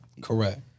Correct